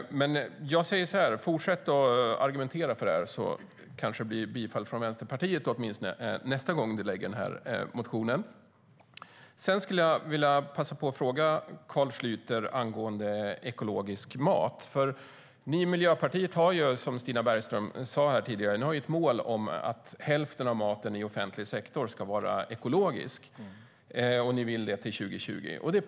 Men fortsätt att argumentera för detta, Carl Schlyter, så blir det kanske bifall från Vänsterpartiet nästa gång du väcker denna motion. Jag vill passa på att fråga Carl Schlyter om ekologisk mat. Som Stina Bergström sa har Miljöpartiet som mål att hälften av maten i offentlig sektor ska vara ekologisk till 2020.